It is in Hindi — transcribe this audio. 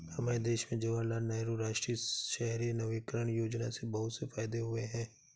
हमारे देश में जवाहरलाल नेहरू राष्ट्रीय शहरी नवीकरण योजना से बहुत से फायदे हुए हैं